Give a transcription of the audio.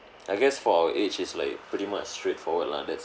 I guess for our age is like pretty much straightforward lah that's